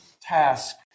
task